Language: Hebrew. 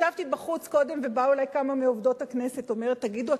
ישבתי קודם בחוץ ובאו אלי כמה מעובדות הכנסת ואמרו: תגידו,